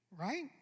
Right